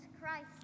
Christ